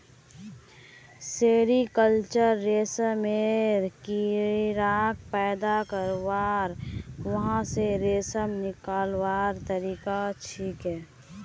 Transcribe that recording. sericulture रेशमेर कीड़ाक पैदा करवा आर वहा स रेशम निकलव्वार तरिका छिके